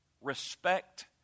respect